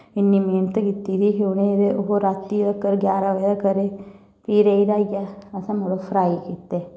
इन्नी मैंह्नत कीती उ'नें रातीं तक्कर जारां बजे तक्कर रेह् फ्ही रेही राहियै असें मड़ो फ्राई कीते